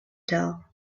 tell